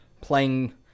playing